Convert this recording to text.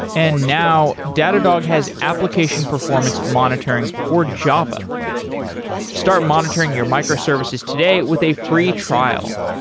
and now, datadog has application performance monitoring for java start monitoring your microservices today with a free trial.